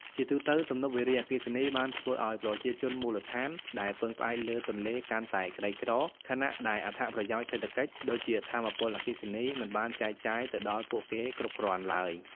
ជាទូទៅ ទំនប់វារីអគ្គិសនីបានធ្វើឱ្យប្រជាជនមូលដ្ឋានដែលពឹងផ្អែកលើទន្លេកាន់តែក្រីក្រ ខណៈដែលអត្ថប្រយោជន៍សេដ្ឋកិច្ច ដូចជាថាមពលអគ្គិសនី មិនបានចែកចាយទៅដល់ពួកគេគ្រប់គ្រាន់ឡើយ។